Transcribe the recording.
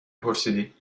پرسیدی